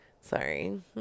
sorry